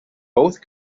both